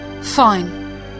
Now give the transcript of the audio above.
Fine